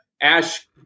Ash